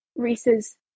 Reese's